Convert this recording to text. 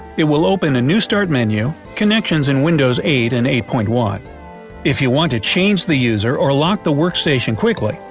it will open a new start menu connections in windows eight and eight point one if you want to change the user or lock the workstation quickly,